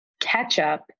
ketchup